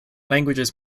languages